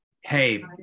hey